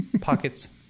pockets